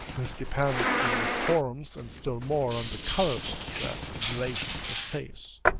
this depends on the forms and still more on the colors of dress in relation to the face.